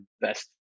best